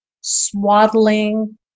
swaddling